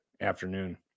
afternoon